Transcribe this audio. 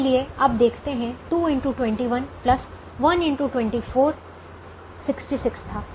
इसलिए आप देखते हैं 66 था